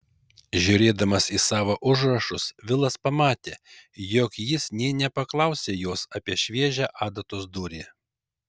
žiūrėdamas į savo užrašus vilas pamatė jog jis nė nepaklausė jos apie šviežią adatos dūrį